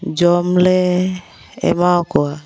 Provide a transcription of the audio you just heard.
ᱡᱚᱢᱞᱮ ᱮᱢᱟᱣᱟᱠᱚᱣᱟ